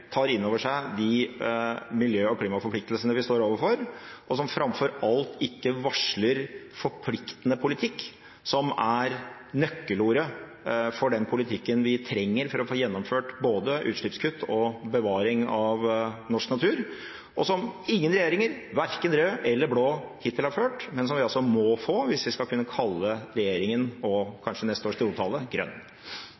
tar inn over seg de miljø- og klimaforpliktelsene vi står overfor, og som framfor alt ikke varsler forpliktende politikk, som er nøkkelordet for den politikken vi trenger for å få gjennomført både utslippskutt og bevaring av norsk natur, og som ingen regjeringer – verken røde eller blå – hittil har ført, men som man altså må føre hvis vi skal kunne kalle regjeringen, og